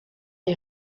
est